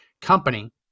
company